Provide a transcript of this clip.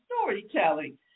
storytelling